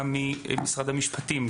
גם ממשרד המשפטים,